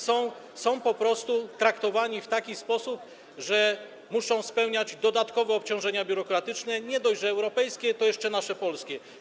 Są po prostu traktowani w taki sposób, że muszą spełniać dodatkowe obciążenia biurokratyczne, nie dość, że europejskie, to jeszcze nasze, polskie.